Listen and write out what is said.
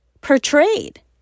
portrayed